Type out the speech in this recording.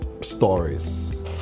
stories